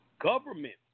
government